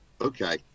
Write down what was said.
Okay